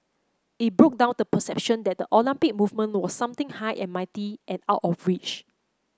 it broke down the perception that the Olympic movement was something high and mighty and out of reach